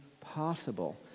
possible